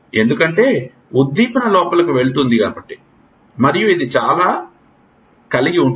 ఎందుకంటే ఉద్దీపన లోపలికి వెళుతుంది మరియు ఇది ఇలా ఉంటుంది